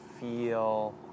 feel